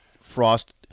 Frost